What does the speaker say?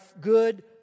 good